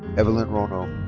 evelyn rono.